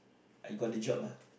I got the job ah